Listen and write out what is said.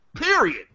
Period